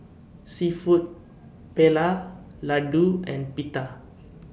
Seafood Paella Ladoo and Pita